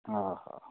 ଅହୋ